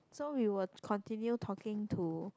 so we will continue talking to